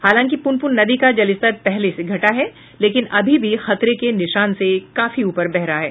हालांकि पुनपुन नदी का जलस्तर पहले से घटा है लेकिन अभी भी खतरे के निशान से काफी ऊपर बह रही है